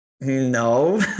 No